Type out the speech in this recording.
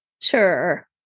Sure